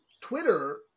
Twitter